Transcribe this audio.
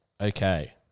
Okay